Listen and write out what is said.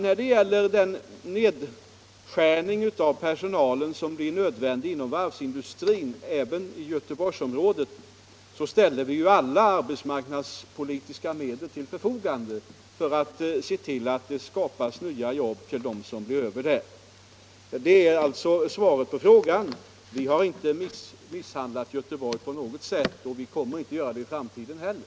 När det gäller den nedskärning av personalen som blir nödvändig inom varvsindustrin även i Göteborgsområdet ställer vi alla arbetsmarknadspolitiska medel till förfogande för att se till, att det skapas nya jobb åt dem som blir över. Vi har alltså inte misshandlat Göteborg på något sätt och kommer inte att göra det i framtiden heller.